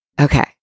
Okay